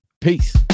Peace